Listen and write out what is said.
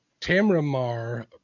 Tamramar